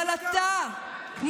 אבל אתה,